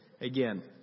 again